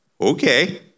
Okay